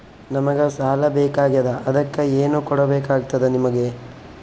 ನಮಗ ಸಾಲ ಬೇಕಾಗ್ಯದ ಅದಕ್ಕ ಏನು ಕೊಡಬೇಕಾಗ್ತದ ನಿಮಗೆ?